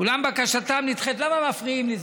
אולם בקשתם נדחית למה מפריעים לי?